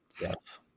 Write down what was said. Yes